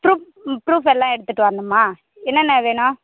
proof ம் ப்ரூஃபெல்லாம் எடுத்துகிட்டு வரணுமா என்னென்ன வேணும்